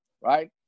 right